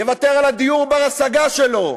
יוותר על הדיור בר-ההשגה שלו,